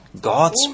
God's